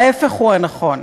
ההפך הוא הנכון.